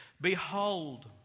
Behold